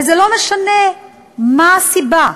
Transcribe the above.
ולא משנה מה הסיבה,